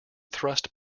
thrust